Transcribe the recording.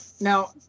now